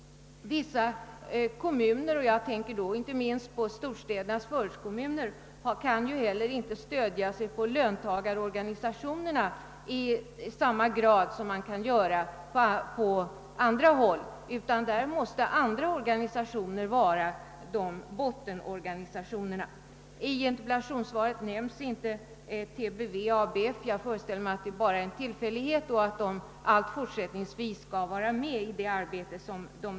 Vissa kommuner — jag tänker då inte' minst på storstädernas förortskommuner — kan ju heller inte stödja sig på löntagarorganisationerna i samma utsträckning som män kan göra annorstädes, utan där måste andra organisationer vara bottenorganisationer. I interpellationssvaret nämns inte TBV och ABF — jag föreställer mig att det bara är en tillfällighet och att dessa organisationer alltfort skall vara med i arbetet.